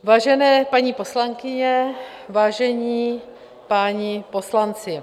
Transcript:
Vážené paní poslankyně, vážení páni poslanci...